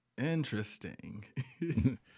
interesting